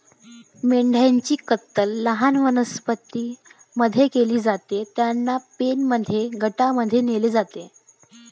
मेंढ्यांची कत्तल लहान वनस्पतीं मध्ये केली जाते, त्यांना पेनमध्ये गटांमध्ये नेले जाते